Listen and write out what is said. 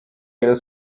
rayon